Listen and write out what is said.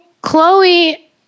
Chloe